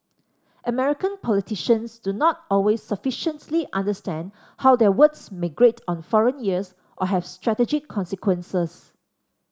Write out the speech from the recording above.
American politicians do not always sufficiently understand how their words may grate on foreign ears or have strategic consequences